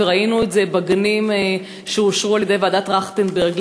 וראינו את זה בגנים שאושרו על-ידי ועדת טרכטנברג.